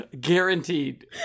guaranteed